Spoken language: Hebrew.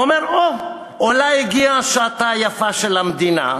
הוא אומר: או, אולי הגיעה שעתה היפה של המדינה,